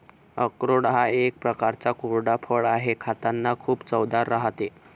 अक्रोड हा एक प्रकारचा कोरडा फळ आहे, खातांना खूप चवदार राहते